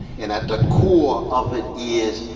and at the core of it is,